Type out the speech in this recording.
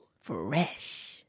Fresh